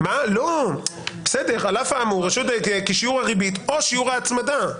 על אף האמור, כי שיעור הריבית או שיעור ההצמדה.